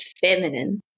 feminine